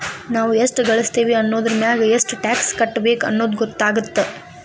ನಾವ್ ಎಷ್ಟ ಗಳಸ್ತೇವಿ ಅನ್ನೋದರಮ್ಯಾಗ ಎಷ್ಟ್ ಟ್ಯಾಕ್ಸ್ ಕಟ್ಟಬೇಕ್ ಅನ್ನೊದ್ ಗೊತ್ತಾಗತ್ತ